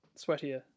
sweatier